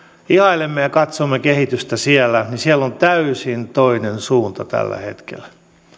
ihailemme ja katsomme kehitystä siellä niin siellä on täysin toinen suunta tällä hetkellä